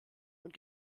und